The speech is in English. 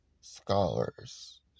scholars